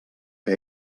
que